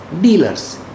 Dealers